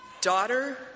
Daughter